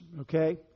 okay